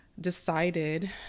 decided